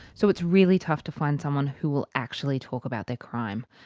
so it's really tough to find someone who will actually talk about their crime.